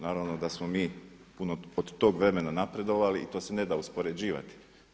Naravno da smo mi puno od tog vremena napredovali i to se ne da uspoređivati.